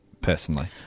personally